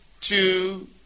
two